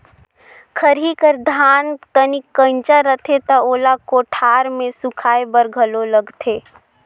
खरही कर धान तनिक कइंचा रथे त ओला कोठार मे सुखाए बर घलो लगथे